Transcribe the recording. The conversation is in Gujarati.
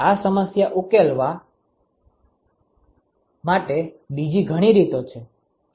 આ સમસ્યા ઉકેલવા માટે બીજી ઘણી રીતો છે